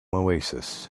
oasis